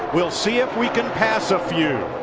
we'll see if we can pass a few.